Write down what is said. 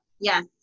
Yes